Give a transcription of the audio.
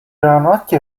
roanoke